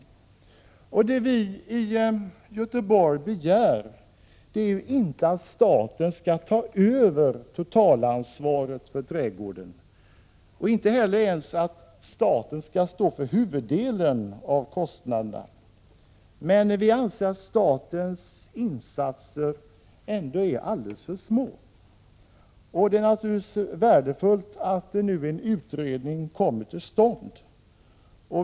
Vad vi i Göteborg begär är inte att staten skall ta över totalansvaret för trädgården, inte ens att staten skall stå för huvuddelen av kostnaderna. Vi anser emellertid att statens insatser är alldeles för små. Det är naturligtvis värdefullt att en utredning nu kommer till stånd.